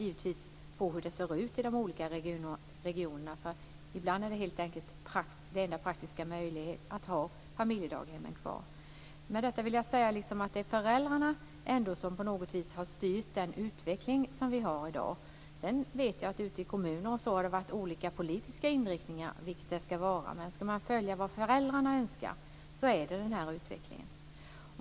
Det ser olika ut i de olika regionerna. Ibland är det helt enkelt den enda praktiska möjligheten att man har familjedaghemmen kvar. Med detta vill jag säga att det ändå är föräldrarna som på något vis har styrt den utveckling som vi har i dag. Sedan vet jag att det har varit olika politiska inriktningar ute i kommunerna, vilket det ska vara. Men om man ska följa vad föräldrarna önskar finner man att det är den här utvecklingen.